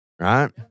right